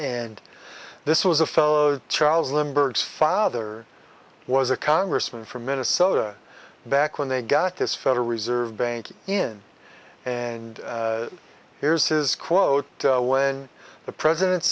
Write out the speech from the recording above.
and this was a fellow charles lindbergh's father was a congressman from minnesota back when they got this federal reserve bank in and here's his quote when the president